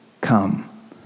Come